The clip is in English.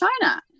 china